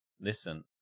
listen